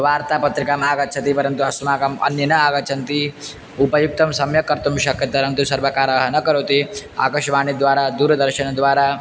वार्तापत्रिकामागच्छति परन्तु अस्माकम् अन्ये न आगच्छन्ति उपयोक्तुं सम्यक् कर्तुं शक्यते तु सर्वकारः न करोति आकाशवाणीद्वारा दूरदर्शनद्वारा